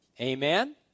Amen